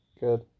good